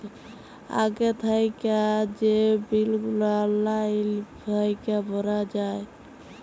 আগে থ্যাইকে যে বিল গুলা অললাইল থ্যাইকে ভরা যায়